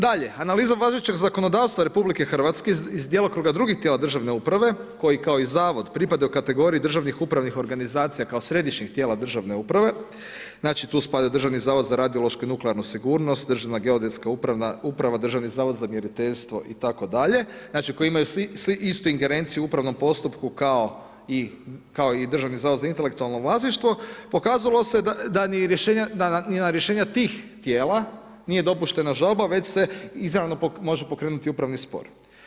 Dalje, analiza važećeg zakonodavstva RH iz djelokruga drugih tijela državne uprave koji kao i zavod pripadaju kategoriji državnih upravnih organizacija kao središnjeg tijela državne uprave, znači tu spadaju Državni zavod za radiološku i nuklearnu sigurnost, državna geodetska uprava, državni zavod za mjeriteljstvo itd., znači koji imaju istu ingerenciju u upravnom postupku kao i Državni zavod za intelektualno vlasništvo pokazalo se da ni na rješenja tih tijela nije dopuštena žalba već se izravno može pokrenuti upravni spor.